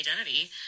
identity